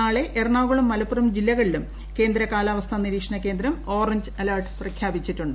നാളെ എറണാകുളം മലപ്പുറം ജില്ലകളിലും കേന്ദ്ര കാലാവസ്ഥാ നിരീക്ഷണകേന്ദ്രം ഓറഞ്ച് അലർട്ട് പ്രഖ്യാപിച്ചിട്ടുണ്ട്